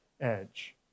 edge